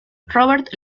robert